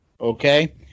Okay